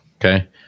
okay